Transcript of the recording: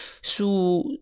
su